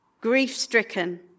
Grief-stricken